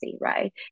right